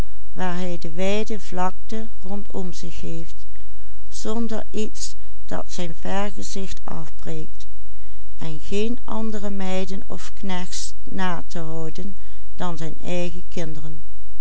en geen andere meiden of knechts na te houden dan zijn eigen kinderen